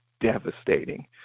devastating